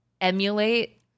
emulate